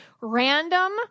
Random